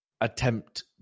attempt